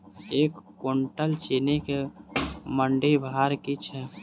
एक कुनटल चीनी केँ मंडी भाउ की छै?